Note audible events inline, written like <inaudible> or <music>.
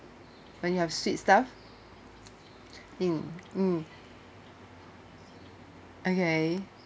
when you have sweet stuff <noise> mm okay